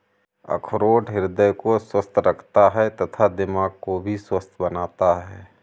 अखरोट हृदय को स्वस्थ रखता है तथा दिमाग को भी स्वस्थ बनाता है